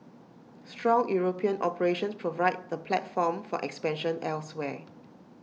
strong european operations provide the platform for expansion elsewhere